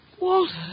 Walter